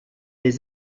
des